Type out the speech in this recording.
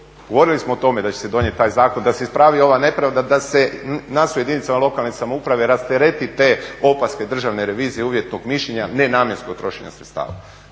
Govorili smo o tome da će se donijeti taj zakon, da se ispravi ova nepravda, da se nas u jedinicama lokalne samouprave rastereti te opaske državne revizije uvjetnog mišljenja, nenamjenskog trošenja sredstava.